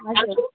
हजुर